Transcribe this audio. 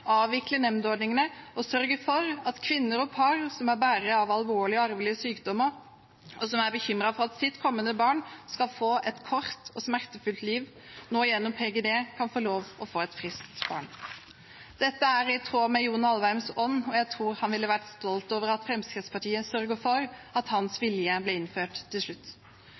avvikle nemndordningene og å sørge for at kvinner og par som er bærere av alvorlige arvelige sykdommer, og som er bekymret for at sitt kommende barn skal få et kort og smertefullt liv, nå gjennom PGD kan få lov til å få et friskt barn. Dette er i tråd med John I. Alvheims ånd, og jeg tror han ville vært stolt over at Fremskrittspartiet sørget for at hans vilje ble innført til slutt.